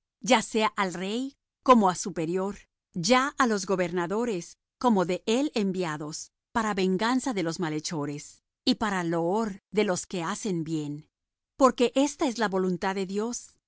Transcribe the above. ya sea al rey como á superior ya á los gobernadores como de él enviados para venganza de los malhechores y para loor de los que hacen bien porque esta es la voluntad de dios